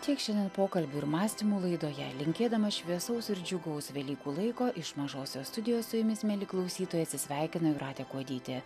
tiek šiandien pokalbių ir mąstymų laidoje linkėdama šviesaus ir džiugaus velykų laiko iš mažosios studijos su jumis mieli klausytojai atsisveikina jūratė kuodytė